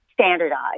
standardized